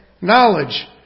Knowledge